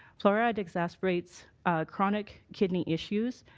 fluoride exasperates chronic kidney issues.